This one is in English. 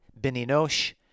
beninosh